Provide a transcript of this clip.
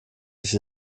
ich